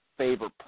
favor